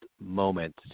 moment